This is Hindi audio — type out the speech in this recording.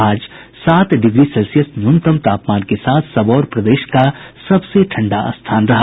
आज सात डिग्री सेल्सियस न्यूनतम तापमान के साथ सबौर प्रदेश का सबसे ठंडा स्थान रहा